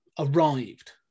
arrived